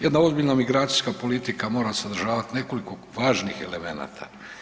Jedna ozbiljna migracijska politika mora sadržavati nekoliko važnih elemenata.